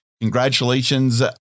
congratulations